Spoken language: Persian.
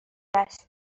است